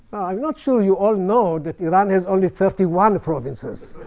i'm not sure you all know that iran has only thirty one provinces.